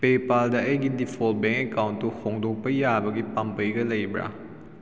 ꯄꯦꯄꯥꯜꯗ ꯑꯩꯒꯤ default bank ꯑꯦꯀꯥꯎꯟꯗꯨ ꯍꯣꯡꯗꯣꯛꯄ ꯌꯥꯕꯒꯤ ꯄꯥꯝꯕꯩꯒ ꯂꯩꯕ꯭ꯔꯥ